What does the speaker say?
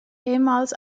ehemals